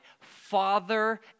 father